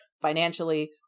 financially